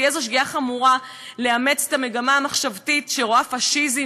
תהיה זו שגיאה חמורה לאמץ את המגמה המחשבתית שרואה פאשיזם